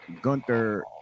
Gunther